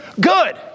good